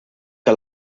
que